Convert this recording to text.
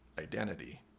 identity